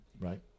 right